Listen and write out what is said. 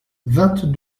vingt